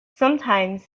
sometimes